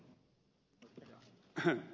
arvoisa puhemies